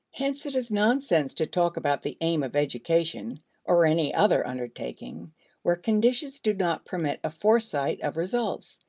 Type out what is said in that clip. hence it is nonsense to talk about the aim of education or any other undertaking where conditions do not permit of foresight of results,